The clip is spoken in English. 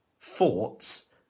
thoughts